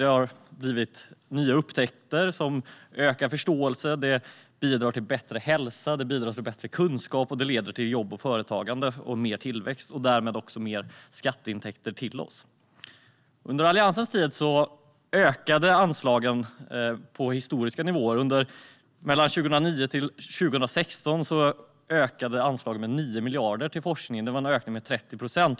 Det har blivit nya upptäckter som ökar förståelsen. Det bidrar till bättre hälsa och bättre kunskap och leder till jobb och företagande, mer tillväxt och därmed också större skatteintäkter. Under Alliansens tid ökade anslagen till historiska nivåer. Mellan 2009 och 2016 ökade anslagen till forskningen med 9 miljarder. Det var en ökning med 30 procent.